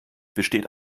besteht